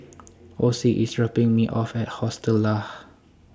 Ocie IS dropping Me off At Hostel Lah